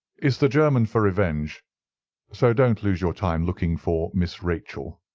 is the german for revenge so don't lose your time looking for miss rachel.